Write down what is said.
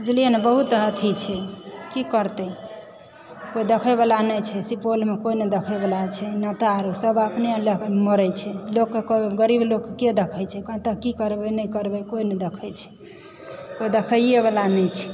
बुझलियै ने बहुत अथी छै की करतै कोय देखै वला नहि छै सुपौलमे कोय नहि देखै वला छै नेता आर सब सब अपने मरै छै लोककेँ गरीब लोककेँ के देखै छै कतय की करबै नहि करबै कोय नही देखै छै कोय देखै वला नहि छै